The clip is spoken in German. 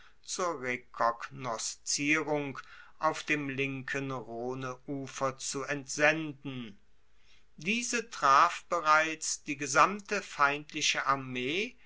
zur rekognoszierung auf dem linken rhoneufer zu entsenden diese traf bereits die gesamte feindliche armee